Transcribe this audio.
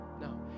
no